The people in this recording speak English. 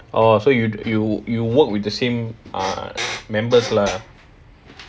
oh so you you you work with the same members lah